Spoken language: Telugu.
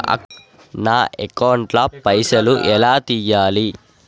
నా అకౌంట్ ల పైసల్ ఎలా తీయాలి?